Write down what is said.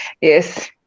yes